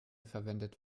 verwendet